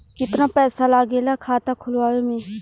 कितना पैसा लागेला खाता खोलवावे में?